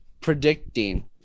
predicting